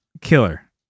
killer